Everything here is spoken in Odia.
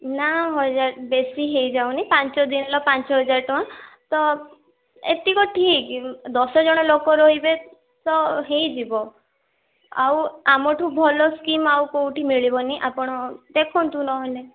ନା ହଜାର ବେଶୀ ହେଇ ଯାଉନି ପାଞ୍ଚ ଦିନ ପାଞ୍ଚ ହଜାର ଟଙ୍କା ତ ଏତିକ ଠିକ୍ ଦଶ ଜଣ ଲୋକ ରହିବେ ତ ହେଇଯିବ ଆଉ ଆମଠୁ ଭଲ ସ୍କିମ୍ ଆଉ କେଉଁଠି ମିଳିବନି ଆପଣ ଦେଖନ୍ତୁ ନହେଲେ